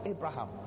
Abraham